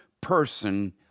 person